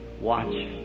watch